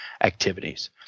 activities